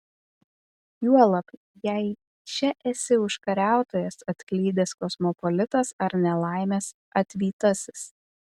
juolab jei čia esi užkariautojas atklydęs kosmopolitas ar nelaimės atvytasis